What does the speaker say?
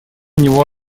него